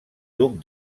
duc